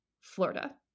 Florida